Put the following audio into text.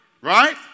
right